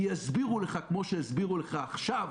כי יסבירו לך כמו שהסבירו לך עכשיו,